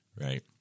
right